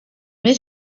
més